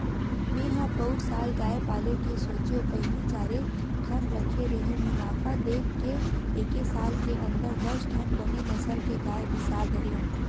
मेंहा पउर साल गाय पाले के सोचेंव पहिली चारे ठन रखे रेहेंव मुनाफा देख के एके साल के अंदर दस ठन बने नसल के गाय बिसा डरेंव